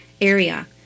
area